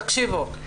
תקשיבו,